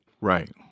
Right